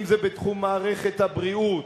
אם בתחום מערכת הבריאות,